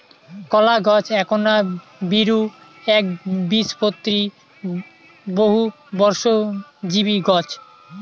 কলাগছ এ্যাকনা বীরু, এ্যাকবীজপত্রী, বহুবর্ষজীবী গছ